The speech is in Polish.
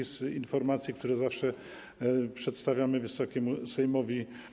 Chodzi o informacje, które zawsze przedstawiamy Wysokiemu Sejmowi.